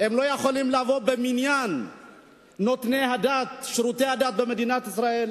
והם לא יכולים לבוא במניין נותני שירותי הדת במדינת ישראל.